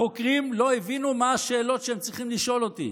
החוקרים לא הבינו מה השאלות שהם צריכים לשאול אותי.